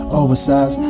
oversized